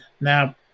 Now